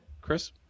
Chris